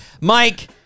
Mike